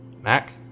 Mac